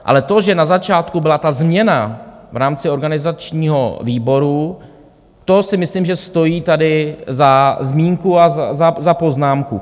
Ale to, že na začátku byla ta změna v rámci organizačního výboru, to si myslím, že stojí tady za zmínku a za poznámku.